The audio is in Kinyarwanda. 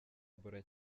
ebola